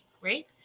right